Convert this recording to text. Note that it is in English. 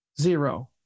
Zero